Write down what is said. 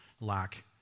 lack